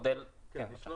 ישנו